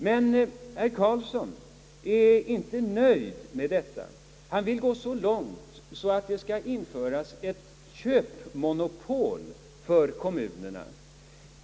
Men herr Karlsson är inte nöjd med detta. Han vill gå så långt som att införa ett köpmonopol för kommunerna.